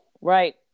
Right